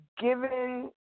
given